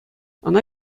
ӑна